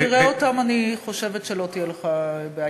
כשתראה אותם, אני חושבת שלא תהיה לך בעיה.